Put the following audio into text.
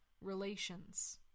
relations